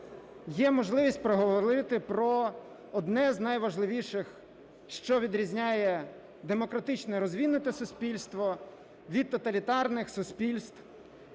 є можливість поговорити про одне з найважливіших, що відрізняє демократичне розвинуте суспільство від тоталітарних суспільств,